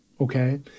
Okay